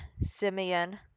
Simeon